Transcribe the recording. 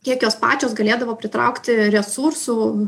kiek jos pačios galėdavo pritraukti resursų